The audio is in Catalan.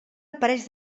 apareix